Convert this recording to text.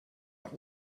nach